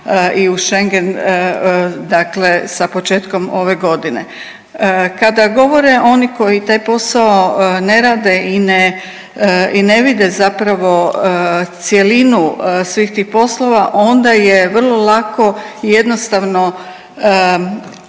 i u schengen sa početkom ove godine. Kada govore oni koji taj posao ne rade i ne i ne vide zapravo cjelinu svih tih poslova onda je vrlo lako i jednostavno